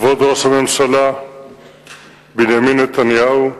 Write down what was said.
כבוד ראש הממשלה בנימין נתניהו,